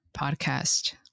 podcast